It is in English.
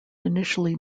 initially